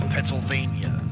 Pennsylvania